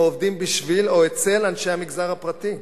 עובדים בשביל או אצל אנשי המגזר הפרטי,